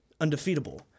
undefeatable